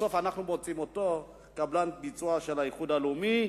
ובסוף אנחנו מוצאים אותו קבלן ביצוע של האיחוד הלאומי.